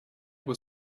were